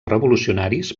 revolucionaris